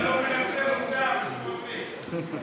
אתה לא מנצל אותן, סמוטריץ.